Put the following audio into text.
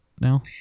now